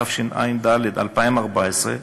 התשע"ד 2014,